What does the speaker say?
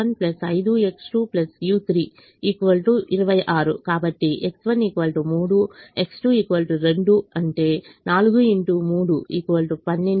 కాబట్టి X1 3 X2 2 అంటే 12 10 22